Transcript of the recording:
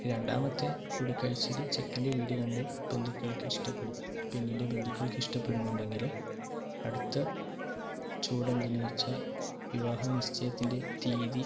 രണ്ടാമത്തെ കൂടിക്കാഴ്ചയിലെ ചെക്കൻ്റെ വീട് കണ്ട് ബന്ധുക്കൾക്ക് ഇഷ്ടപ്പെടുന്നു പെണ്ണിൻ്റെ ബന്ധുക്കൾക്ക് ഇഷ്ടപ്പെടുന്നുണ്ടെങ്കിൽ അടുത്ത ചുവട് എന്താണെന്നു വച്ചാൽ വിവാഹ നിശ്ചയത്തിൻ്റെ തീയതി